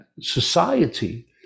society